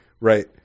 right